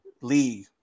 league